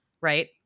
right